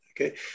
Okay